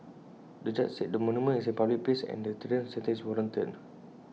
the judge said the monument is in A public place and A deterrent sentence is warranted